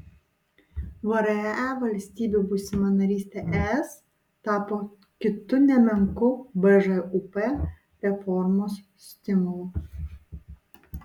vre valstybių būsima narystė es tapo kitu nemenku bžūp reformos stimulu